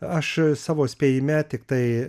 aš savo spėjime tiktai